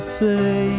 say